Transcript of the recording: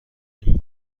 این